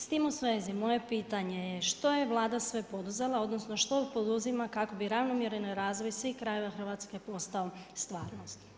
S tim u svezi, moje pitanje je, što je Vlada sve poduzela, odnosno što poduzima kako bi ravnomjeran razvoj svih krajeva Hrvatske postao stvarnost?